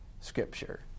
Scripture